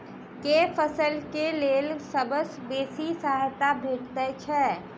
केँ फसल केँ लेल सबसँ बेसी सहायता भेटय छै?